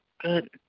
Good